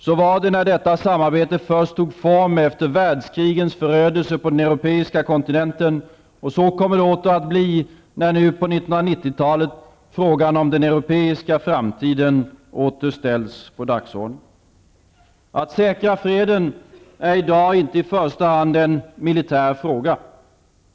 Så var det när detta samarbete först tog form efter världskrigens förödelser på den europeiska kontinenten, och så kommer det åter att bli när nu på 1990-talet frågan om den europeiska framtiden åter ställs på dagordningen. Att säkra freden är i dag inte i första hand en militär fråga.